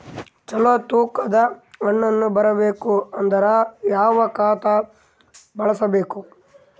ಚಲೋ ತೂಕ ದ ಹಣ್ಣನ್ನು ಬರಬೇಕು ಅಂದರ ಯಾವ ಖಾತಾ ಬಳಸಬೇಕು?